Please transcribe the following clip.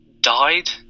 died